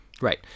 Right